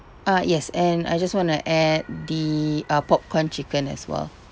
uh yes and I just want to add the uh popcorn chicken as well